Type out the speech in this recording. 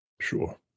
Sure